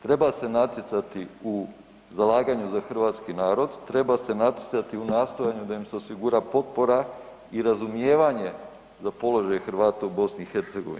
Treba se natjecati u zalaganju za Hrvatski narod, treba se natjecati u nastojanju da im se osigura potpora i razumijevanje za položaj Hrvata u Bosni i Hercegovini.